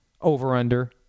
over-under